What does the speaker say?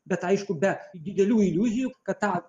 bet aišku be didelių iliuzijų kad tą